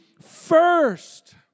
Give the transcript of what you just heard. first